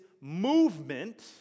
movement